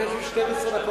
אז יש לי 12 דקות.